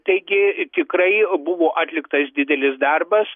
taigi tikrai buvo atliktas didelis darbas